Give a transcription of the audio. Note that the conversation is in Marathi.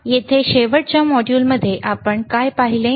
येथे शेवटच्या मॉड्यूलमध्ये आपण काय पाहिले आहे